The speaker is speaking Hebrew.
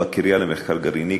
ובקריה למחקר גרעיני,